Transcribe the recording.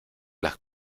las